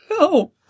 No